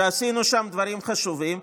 ועשינו שם דברים חשובים.